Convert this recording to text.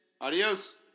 Adios